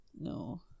No